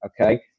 okay